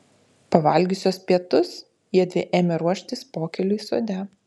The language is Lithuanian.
pavalgiusios pietus jiedvi ėmė ruoštis pokyliui sode